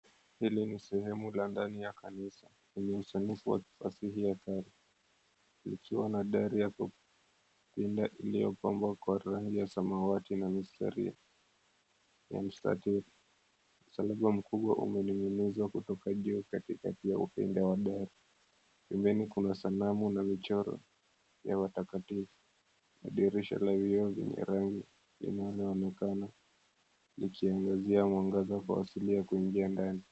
Hili ni sehemu la ndani ya kanisa lenye usanifu wa fasihi ya kale, likiwa na dari ya kupinda iliyopambwa kwa rangi ya samawati na mistari ya mstatili. Msalaba mkubwa umening'inizwa kutoka juu katikati ya upinda wa dari. Pembeni kuna sanamu na michoro ya watakatifu. Madirisha ya vioo lenye rangi linaloonekana likiangazia mwanaza kuingia ndani.